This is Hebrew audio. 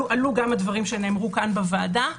עלו גם דברים שנאמרו בוועדה.